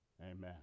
Amen